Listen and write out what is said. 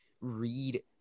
read